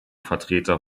vertreter